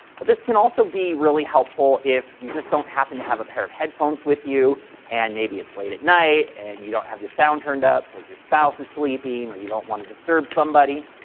but this can also be really helpful if you just don't happen to have a pair of headphones with you and maybe it's late at night and you don't have the sound turned up because your spouse is sleeping or you don't want to disturb somebody.